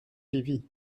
suivis